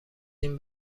این